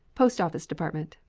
post-office department.